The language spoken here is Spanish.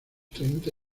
treinta